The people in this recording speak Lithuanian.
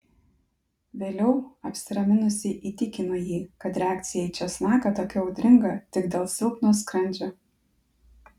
vėliau apsiraminusi įtikino jį kad reakcija į česnaką tokia audringa tik dėl silpno skrandžio